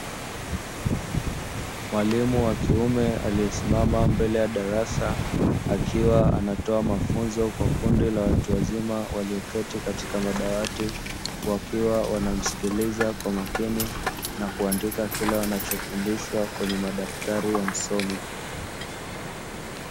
Mwalimu wa kiume aliyesimama mbele ya darasa, anatoa mafunzo kwa kundi la watu wazima walioketi katika madawati; wanamsikiliza kwa makini na kuandika kile anachofundisha kwenye madaftari ya msomi.